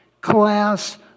class